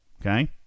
Okay